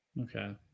Okay